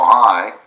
high